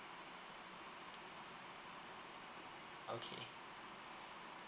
okay